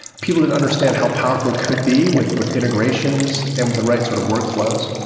people didn't understand how powerful it could be with with integrations and with the right sort of workflows.